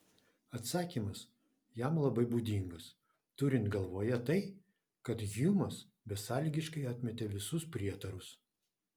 atsakymas jam labai būdingas turint galvoje tai kad hjumas besąlygiškai atmetė visus prietarus